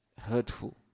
hurtful